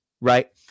Right